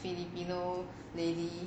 filipino lady